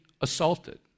assaulted